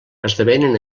esdevenen